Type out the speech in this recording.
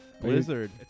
Blizzard